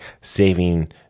saving